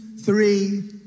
three